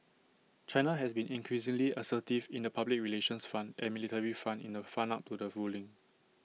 China has been increasingly assertive in the public relations front and military front in the fun up to the ruling